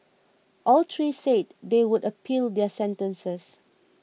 all three said they would appeal their sentences